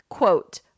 Quote